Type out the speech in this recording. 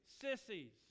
sissies